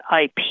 IP